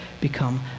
become